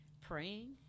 praying